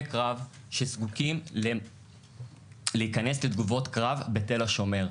קרב שזקוקים להיכנס "לתגובות קרב" בתל השומר.